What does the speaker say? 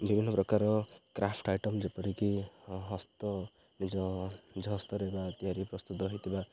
ବିଭିନ୍ନ ପ୍ରକାର craft item ଯେପରିକି ହସ୍ତ ନିଜ ନିଜ ହସ୍ତରେ ବା ତିଆରି ପ୍ରସ୍ତୁତ ହେଇଥିବା